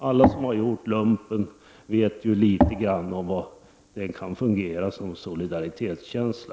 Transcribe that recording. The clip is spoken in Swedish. Alla som har gjort lumpen vet ju hur den kan fungera när det gäller att ge solidaritetskänsla.